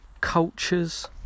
cultures